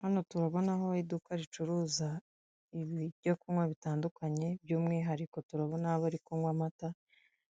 Hano turabona aho iduka ricuruza ibyo kunywa bitandukanye, by'umwihariko turabona abo ari kunywa amata,